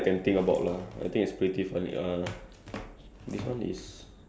there will be definitely some challenges like um like on your way there